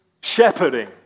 Shepherding